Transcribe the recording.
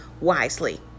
wisely